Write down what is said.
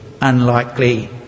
unlikely